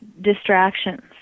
distractions